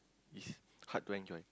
is hard to enjoy